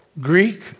Greek